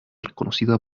reconocida